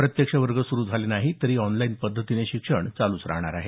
प्रत्यक्ष वर्ग सुरू झाले नाही तरी ऑनलाईन पध्दतीने शिक्षण चालूच राहणार आहे